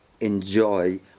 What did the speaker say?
enjoy